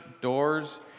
doors